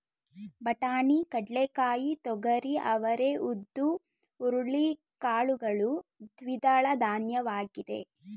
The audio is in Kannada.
ಬಟಾಣಿ, ಕಡ್ಲೆಕಾಯಿ, ತೊಗರಿ, ಅವರೇ, ಉದ್ದು, ಹುರುಳಿ ಕಾಳುಗಳು ದ್ವಿದಳಧಾನ್ಯವಾಗಿದೆ